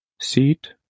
seat